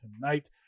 tonight